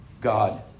God